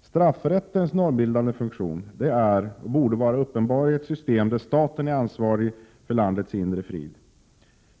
Straffrättens normbildande funktion är och borde vara uppenbar i ett system där staten är ansvarig för landets inre frid.